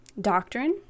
doctrine